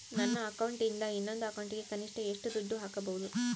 ನನ್ನ ಅಕೌಂಟಿಂದ ಇನ್ನೊಂದು ಅಕೌಂಟಿಗೆ ಕನಿಷ್ಟ ಎಷ್ಟು ದುಡ್ಡು ಹಾಕಬಹುದು?